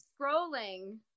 scrolling